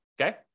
okay